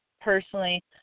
personally